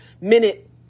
minute